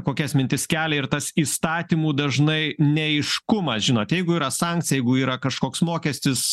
kokias mintis kelia ir tas įstatymų dažnai neaiškumas žinot jeigu yra sankcija jeigu yra kažkoks mokestis